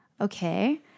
Okay